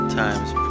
times